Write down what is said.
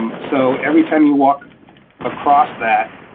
um so every time you walk across that,